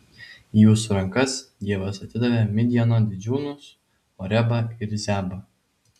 į jūsų rankas dievas atidavė midjano didžiūnus orebą ir zeebą